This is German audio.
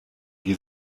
sie